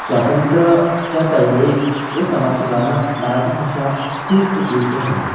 स्वातंत्र्य च्या चळवळीत व समाज सुधारणात मराठी भाषा खूप उपयुक्त ठरली